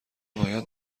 باید